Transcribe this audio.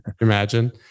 imagine